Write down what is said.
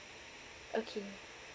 okay